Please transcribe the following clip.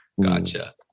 gotcha